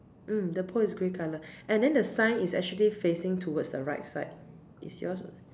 mm the pool is grey colour and then the sign is actually facing towards the right side is yours